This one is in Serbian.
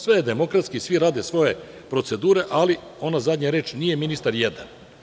Sve je demokratski, svi rade svoje, procedure, ali ono zadnje, nije ministar jedan.